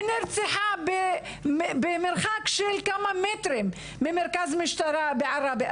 ונרצחה במרחק של כמה מטרים ממרכז משטרה בעראבה.